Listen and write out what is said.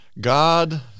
God